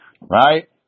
right